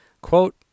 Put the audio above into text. Quote